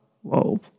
whoa